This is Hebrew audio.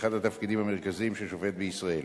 אחד התפקידים המרכזיים של שופט בישראל.